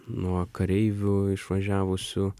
nuo kareivių išvažiavusių